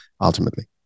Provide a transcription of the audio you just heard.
ultimately